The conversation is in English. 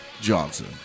Johnson